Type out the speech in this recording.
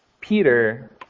Peter